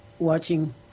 watching